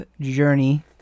journey